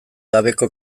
gabeko